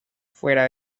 fuera